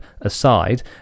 aside